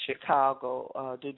Chicago